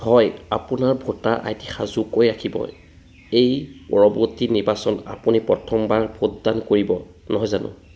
হয় আপোনাৰ voter ID সাজু কৰি ৰাখিব এই পৰৱৰ্তী নিৰ্বাচনত আপুনি প্ৰথমবাৰ ভোটদান কৰিব নহয় জানো